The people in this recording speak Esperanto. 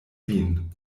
vin